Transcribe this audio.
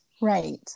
right